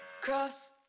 Cross